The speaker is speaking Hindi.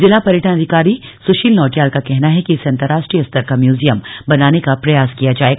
जिला पर्यटन अधिकारी सुशील नौटियाल का कहना है कि इसे अंतरराष्ट्रीय स्तर का म्यूजियम बनाने का प्रयास किया जाएगा